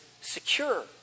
secure